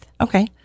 Okay